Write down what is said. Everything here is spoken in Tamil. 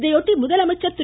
இதையொட்டி முதலமைச்சர் திரு